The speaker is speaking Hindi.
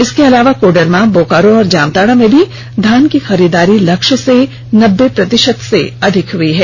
इसके अलावा कोडरमा बोकारो और जामताड़ा में भी धान की खरीददारी लक्ष्य से नब्बे प्रतिशत से अधिक हुई है